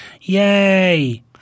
Yay